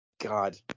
God